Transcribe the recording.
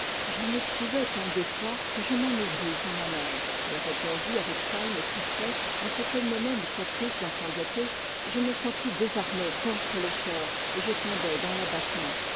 j'en éprouvais tant d'effroi que je m'en ouvris à ma mère elle répondit avec calme et tristesse à ce qu'elle nommait mes caprices d'enfant gâté je me sentis désarmé contre le sort et je tombai dans l'abattement